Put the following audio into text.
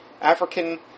African